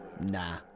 Nah